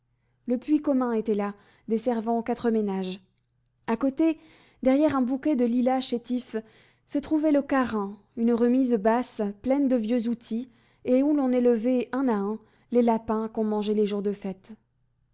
le puits commun était là desservant quatre ménages a côté derrière un bouquet de lilas chétifs se trouvait le carin une remise basse pleine de vieux outils et où l'on élevait un à un les lapins qu'on mangeait les jours de fête